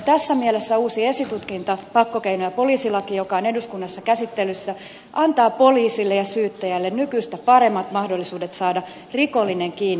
tässä mielessä uusi esitutkinta pakkokeino ja poliisilaki joka on eduskunnassa käsittelyssä antaa poliisille ja syyttäjälle nykyistä paremmat mahdollisuudet saada rikollinen kiinni